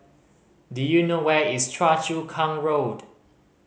do you know where is Choa Chu Kang Road